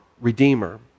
redeemer